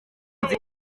nzi